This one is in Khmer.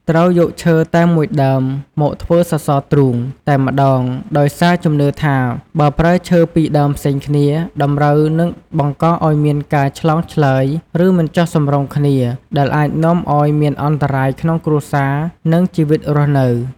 ត្រូវយកឈើតែមួយដើមមកធ្វើសសរទ្រូង តែម្ដង ដោយសារជំនឿថា បើប្រើឈើពីរដើមផ្សេងគ្នា តម្រូវនឹងបង្កឲ្យមានការឆ្លងឆ្លើយ ឬមិនចុះសម្រុងគ្នា ដែលអាចនាំឲ្យមានអន្តរាយក្នុងគ្រួសារ និងជីវិតរស់នៅ។